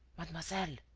mademoiselle.